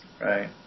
right